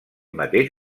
mateix